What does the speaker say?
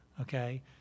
Okay